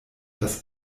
das